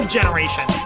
Generation